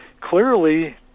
clearly